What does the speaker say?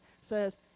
says